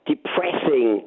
depressing